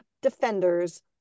defenders